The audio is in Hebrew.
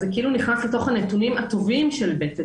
אז זה כאילו נכנס לתוך הנתונים הטובים של בית הדין.